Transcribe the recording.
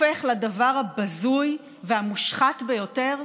הופך לדבר הבזוי והמושחת ביותר?